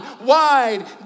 wide